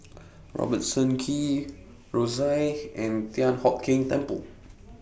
Robertson Quay Rosyth and Thian Hock Keng Temple